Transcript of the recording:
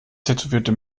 tätowierte